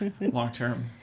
long-term